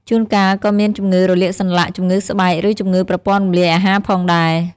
ជួនកាលក៏មានជំងឺរលាកសន្លាក់ ជំងឺស្បែក ឬជំងឺប្រព័ន្ធរំលាយអាហារផងដែរ។